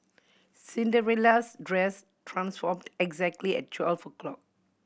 Cinderella's dress transformed exactly at twelve o'clock